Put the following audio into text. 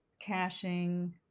caching